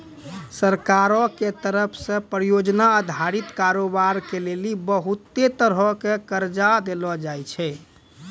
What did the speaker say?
सरकार के तरफो से परियोजना अधारित कारोबार के लेली बहुते तरहो के कर्जा देलो जाय छै